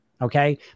Okay